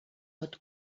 pot